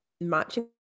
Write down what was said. matching